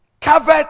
covered